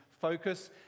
focus